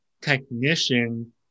technician